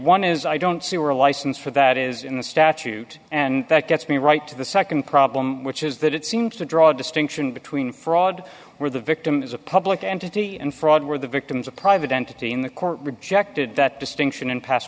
one is i don't see where a license for that is in the statute and that gets me right to the nd problem which is that it seems to draw a distinction between fraud where the victim is a public entity and fraud where the victims a private entity in the court rejected that distinction and pas